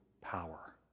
power